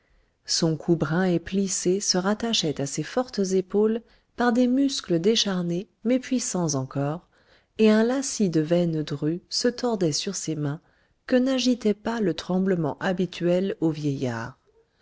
son cou brun et plissé se rattachait à ses fortes épaules par des muscles décharnés mais puissants encore et un lacis de veines drues se tordait sur ses mains que n'agitait pas le tremblement habituel aux vieillards